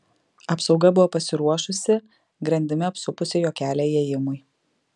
apsauga buvo pasiruošusi grandimi apsupusi jo kelią įėjimui